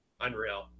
unreal